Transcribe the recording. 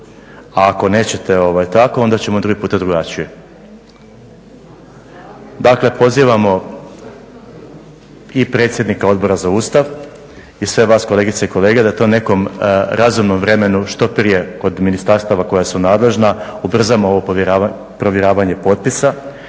A ako nećete tako onda ćemo drugi puta drugačije. Dakle, pozivamo i predsjednika Odbora za Ustav i sve vas kolegice i kolege da to u nekom razumnom vremenu što prije kod ministarstava koja su nadležna ubrzamo ovo provjeravanje potpisa